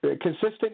consistent